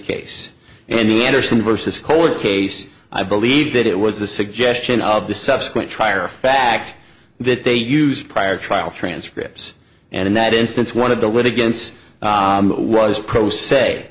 case and the andersen versus cold case i believe that it was the suggestion of the subsequent trier of fact that they use prior trial transcripts and in that instance one of the against was pro s